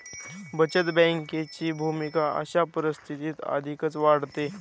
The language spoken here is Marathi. बचत बँकेची भूमिका अशा परिस्थितीत अधिकच वाढते